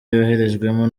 yoherejwemo